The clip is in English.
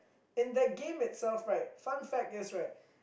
in that game itself right fun fact is right